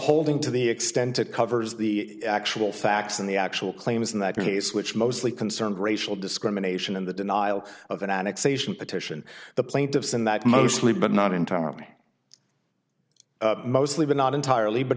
holding to the extent it covers the actual facts in the actual claims in that case which mostly concerned racial discrimination and the denial of an annexation petition the plaintiffs in that mostly but not entirely mostly but not entirely but